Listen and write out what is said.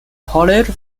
college